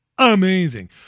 Amazing